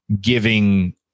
giving